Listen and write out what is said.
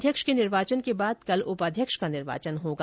अध्यक्ष के निवार्चन के बाद कल उपाध्यक्ष का निर्वाचन होगा